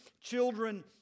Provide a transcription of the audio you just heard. children